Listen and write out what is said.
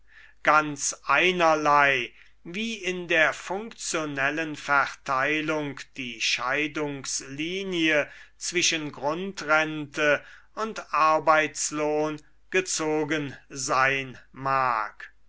ganz einerlei wie in der funktionellen verteilung die scheidungslinie zwischen grundrente und arbeitslohn gezogen sein mag